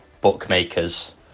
bookmakers